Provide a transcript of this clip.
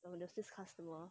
um there this customer